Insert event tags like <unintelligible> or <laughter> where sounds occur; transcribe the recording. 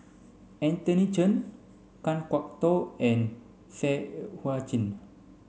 Anthony Chen Kan Kwok Toh and Seah <unintelligible> Chin